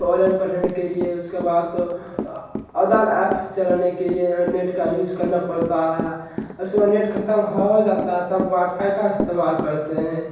online पढ़ने के लिए उसके बाद तो अदर ऐप चलाने के लिए नेट का यूज़ करना पड़ता है नेट ख़त्म हो हे जाता है तब वाई फाई का इस्तेमाल करते हैं